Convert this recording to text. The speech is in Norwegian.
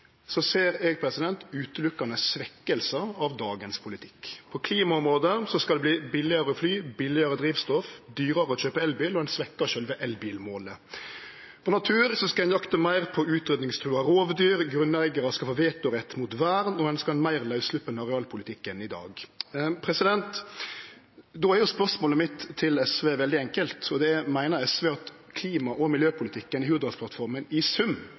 ser eg utelukkande svekkingar av dagens politikk. På klimaområdet skal det verte billegare å fly, billegare drivstoff, dyrare å kjøpe elbil og ein svekkjer sjølve elbilmålet. På natur skal ein jakte meir på utrydningstruga rovdyr, grunneigarar skal få vetorett mot vern, og ein skal ha ein meir laussleppt arealpolitikk enn i dag. Då er spørsmålet mitt til SV veldig enkelt, og det er: Meiner SV at klima- og miljøpolitikken i Hurdalsplattforma i sum